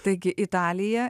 taigi italija